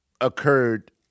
occurred